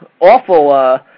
awful